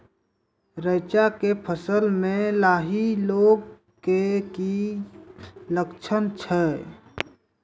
रैचा के फसल मे लाही लगे के की लक्छण छै?